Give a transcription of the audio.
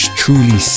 truly